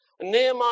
Nehemiah